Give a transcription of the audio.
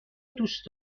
دوست